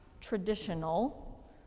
traditional